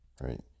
Right